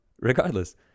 Regardless